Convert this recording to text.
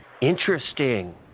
Interesting